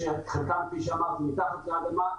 שחלקן, כפי שאמרתי, מתחת לאדמה.